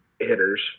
hitters